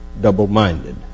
double-minded